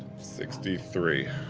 sixty three.